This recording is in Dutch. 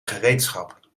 gereedschap